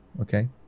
Okay